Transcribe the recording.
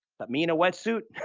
but me in a wetsuit,